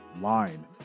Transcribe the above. line